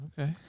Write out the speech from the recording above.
Okay